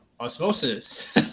Osmosis